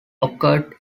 occurred